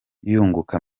yunguka